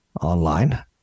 online